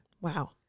Wow